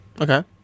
Okay